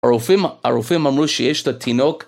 הרופאים אמרו שיש את התינוק